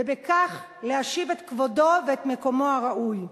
ובכך להשיב את כבודו ואת מקומו הראוי.